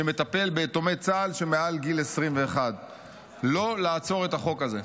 שמטפל ביתומי צה"ל שמעל גיל 21. לא לעצור את החוק הזה.